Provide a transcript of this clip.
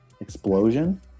explosion